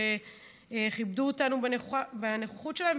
שכיבדו אותנו בנוכחות שלהם,